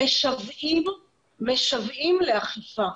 משוועים לאכיפה,